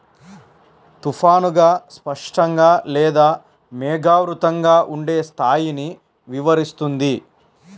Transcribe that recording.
తుఫానుగా, స్పష్టంగా లేదా మేఘావృతంగా ఉండే స్థాయిని వివరిస్తుంది